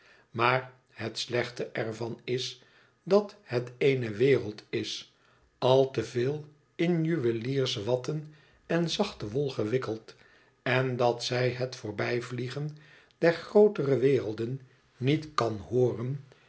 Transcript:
maar het slechte er van is dat het eene wereld is al te veel in juwelierswatten en zachte wol gewikkeld en dat zij het voorbijvliegen der grootere werelden niet kan hooren